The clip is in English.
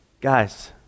Guys